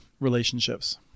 relationships